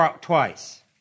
twice